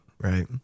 right